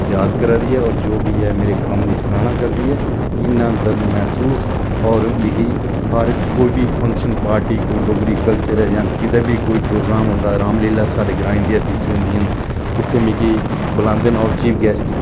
याद करै दी ऐ और जो बी ऐ मेरे कम्म दी सराह्ना करदी ऐ इन्ना गर्व मैसूस और मिगी हर कोई बी कोई फंक्शन पार्टी कोई डोगरी कल्चर ऐ जां कुतै बी कोई प्रोग्राम होंदा राम लीला साढ़े ग्राएं च अति दियां होंदियां न उत्थै मिगी बलांदे न और चीफ गैस्ट